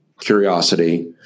curiosity